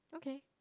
okay